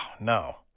no